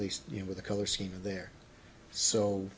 least with a color scheme there so